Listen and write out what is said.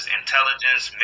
intelligence